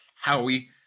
Howie